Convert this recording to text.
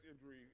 injury